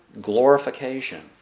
glorification